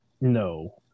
No